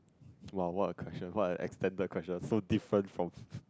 !wow! what a question what an extended question so different from